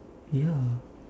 ya